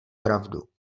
pravdu